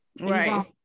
right